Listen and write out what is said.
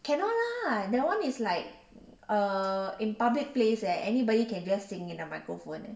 cannot lah that one is like err in public place eh anybody can just sing in a microphone leh